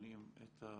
מאבחנים את האוטיזם?